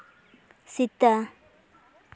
ᱥᱮᱛᱟ